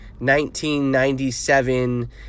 1997